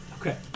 Okay